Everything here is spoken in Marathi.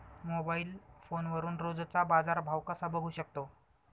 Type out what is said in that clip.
मोबाइल फोनवरून रोजचा बाजारभाव कसा बघू शकतो?